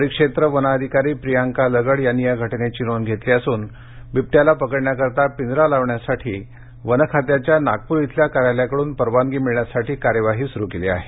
परिक्षेत्र वन अधिकारी प्रियांका लगड यांनी या घटनेची नोंद घेतली असून बिबट्याला पकडण्याकरिता पिंजरा लावण्यासाठी वन खात्याच्या नागपूर इथल्या कार्यालयाकडून परवानगी मिळण्यासाठी कार्यवाही सुरू केली आहे